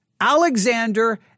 Alexander